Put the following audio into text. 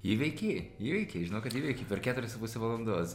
įveikei įveikei žinau kad įveikei per keturias su puse valandos